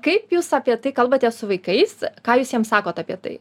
kaip jūs apie tai kalbatės su vaikais ką jūs jiem sakot apie tai